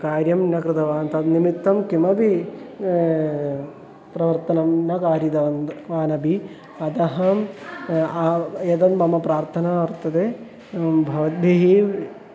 कार्यं न कृतवान् तन्निमित्तं किमपि प्रवर्तनं न कारितवन्तः वानपि अतः अहं एतद् मम प्रार्थना वर्तते भवद्भिः